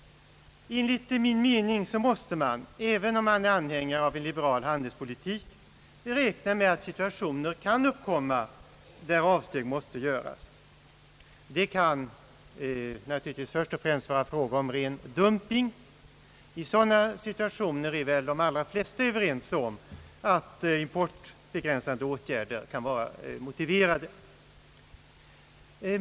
Enligt min mening måste man, även om man är anhängare av en liberal handelspolitik, räkna med att situationer kan uppkomma där avsteg måste göras. Det kan naturligtvis först och främst vara fråga om ren dumping. I sådana situationer är väl de allra flesta överens om att importbegränsande åtgärder kan vara motiverade.